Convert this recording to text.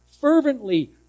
fervently